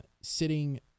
sitting